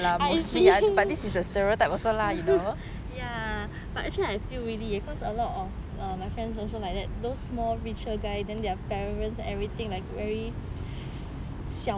ya but actually I feel really eh cause a lot of my friends also like that those more richer guys then their parents everything like very